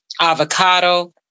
avocado